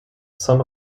san